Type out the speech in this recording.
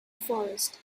forest